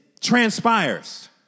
transpires